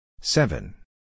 Seven